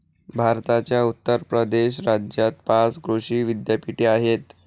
भारताच्या उत्तर प्रदेश राज्यात पाच कृषी विद्यापीठे आहेत